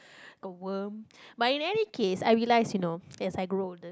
a worm but in any case I realise you know as I grow older